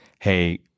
hey